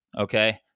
Okay